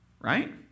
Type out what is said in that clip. Right